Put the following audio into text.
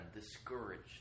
discouraged